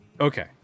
Okay